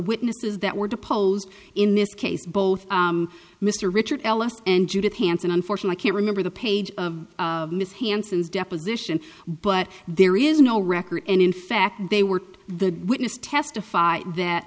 witnesses that were deposed in this case both mr richard ellis and judith hansen unfortunate i can't remember the page of ms hanson's deposition but there is no record and in fact they were the witness testified that